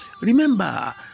Remember